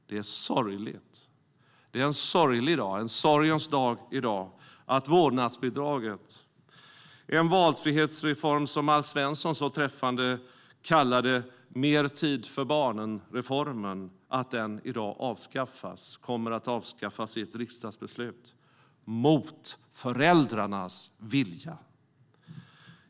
Det är sorgligt att vårdnadsbidraget i dag genom ett riksdagsbeslut avskaffas - en valfrihetsreform som Alf Svensson så träffande kallade mer-tid-för-barnen-reformen - och detta mot föräldrarnas vilja.